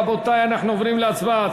רבותי, אנחנו עוברים להצבעה.